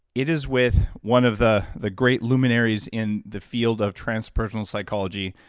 it is with one of the the great luminaries in the field of transpersonal psychology,